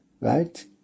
right